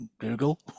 google